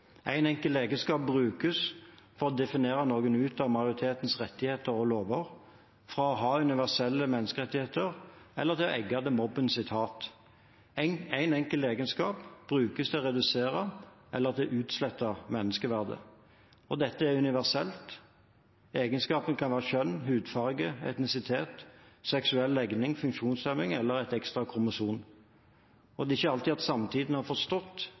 enkel egenskap brukes for å definere noen ut av majoritetens rettigheter og lover, fra å ha universelle menneskerettigheter eller til å egge til mobbens hat. Én enkel egenskap brukes til å redusere eller utslette menneskeverdet. Dette er universelt. Egenskapen kan være kjønn, hudfarge, etnisitet, seksuell legning, funksjonshemning eller et ekstra kromosom. Det er ikke alltid at samtiden har forstått